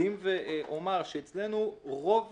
אקדים ואומר שאצלנו רוב